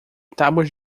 tábuas